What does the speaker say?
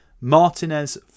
martinez